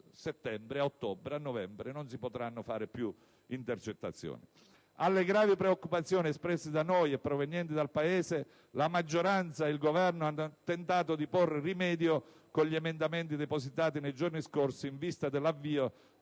settembre, a ottobre o a novembre non si potranno fare più intercettazioni. Alle gravi preoccupazioni espresse da noi e provenienti dal Paese, la maggioranza e il Governo hanno tentato di porre rimedio con gli emendamenti depositati nei giorni scorsi in vista dell'avvio